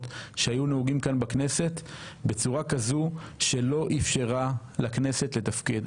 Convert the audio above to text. שהיו נהוגים כאן בכנסת בצורה כזו שלא אפשרה לכנסת לתפקד.